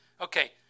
Okay